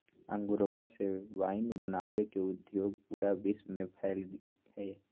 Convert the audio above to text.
अंगूरवा से वाइन बनावे के उद्योग पूरा विश्व में फैल्ल हई